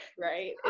right